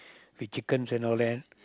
with chickens and all that